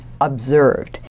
observed